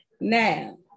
now